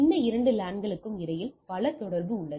இந்த இரண்டு லான்களுக்கும் இடையில் பல தொடர்பு உள்ளது